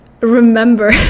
remember